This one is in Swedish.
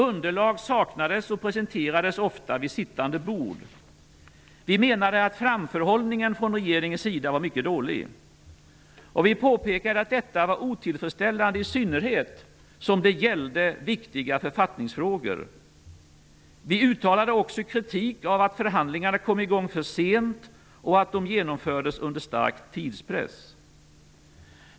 Underlag saknades och presenterades ofta vid sittande bord. Vi menade att framförhållningen från regeringens sida var mycket dålig. Vi påpekade att detta var otillfredsställande, i synnerhet som det gällde viktiga författningsfrågor. Vi uttalade också kritik av att förhandlingarna kom i gång för sent och att de genomfördes under stark tidspress.